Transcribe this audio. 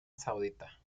saudita